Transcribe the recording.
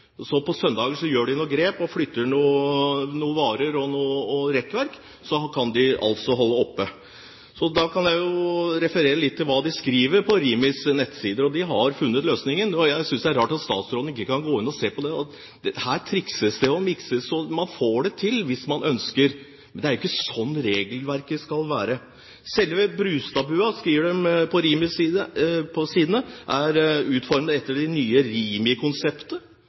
så lager de en liten Brustad-bu inne i denne store butikken. Og på søndager så gjør de noen grep, flytter på noen varer og noe rekkverk, og så kan de altså holde åpent. Jeg kan referere litt til hva de skriver på Rimis nettsider, og de har funnet løsningen. Jeg synes det er rart at statsråden ikke kan gå inn og se på det, for her trikses og mikses det – så man får det til hvis man ønsker. Men det er jo ikke slik regelverket skal være. Rimi skriver på sine sider: «Selve Brustadbua er utformet etter det nye Rimi-konseptet. – Vi har alle de